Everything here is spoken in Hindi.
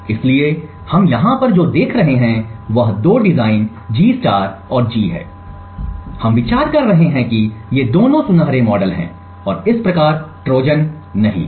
इसलिए हम यहां पर जो देख रहे हैं वह दो डिजाइन G और G है इसलिए हम विचार कर रहे हैं कि ये दोनों सुनहरे मॉडल हैं और इस प्रकार ट्रोजन नहीं है